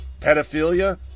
Pedophilia